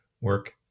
work